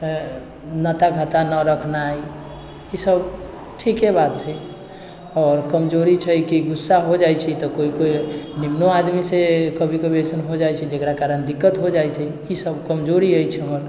नाता खाता नहि रखनाइ ईसब ठीके बात छै आओर कमजोरी छै कि गुस्सा हो जाइ छी तऽ कोइ कोइ निमनो आदमीसँ कभी कभी अइसनो हो जाइ छै जकरा कारण दिक्कत हो जाइ छै ईसब कमजोरी अछि हमर